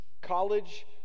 college